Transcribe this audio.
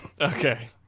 Okay